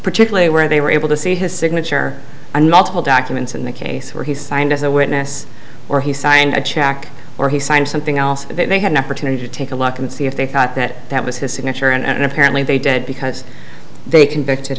particularly where they were able to see his signature on multiple documents in the case where he signed as a witness or he signed a check or he signed something else they had an opportunity to take a look and see if they thought that that was his signature and apparently they did because they convicted